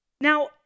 Now